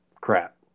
Crap